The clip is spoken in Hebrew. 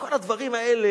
כל הדברים האלה